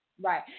Right